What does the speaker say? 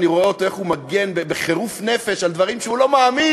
אני רואה אותו איך הוא מגן בחירוף נפש על דברים שהוא לא מאמין